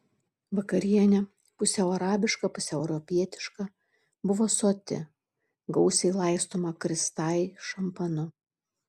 vakarienė pusiau arabiška pusiau europietiška buvo soti gausiai laistoma kristai šampanu